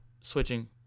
switching